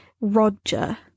Roger